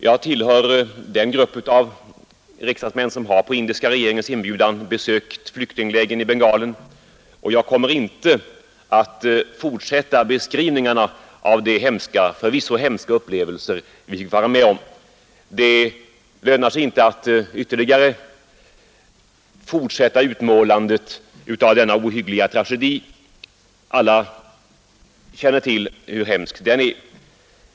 Jag tillhör den grupp av riksdagsmän som på indiska regeringens inbjudan har besökt flyktinglägren i Bengalen, men jag kommer inte att fortsätta beskrivningarna av de förvisso hemska upplevelser vi fick vara med om. Det lönar sig inte att ytterligare fortsätta utmålandet av denna ohyggliga tragedi — alla känner till hur hemsk den är.